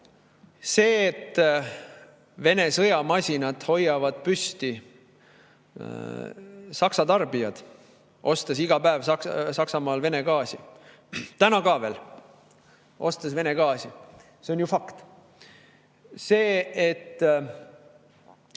See, et Vene sõjamasinat hoiavad püsti Saksa tarbijad, ostes iga päev Saksamaal Vene gaasi, täna ka veel ostes Vene gaasi, on ju fakt. Kui Trump